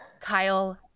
Kyle